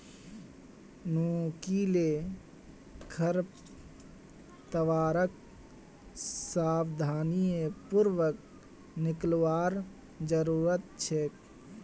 नुकीले खरपतवारक सावधानी पूर्वक निकलवार जरूरत छेक